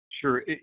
sure